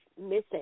missing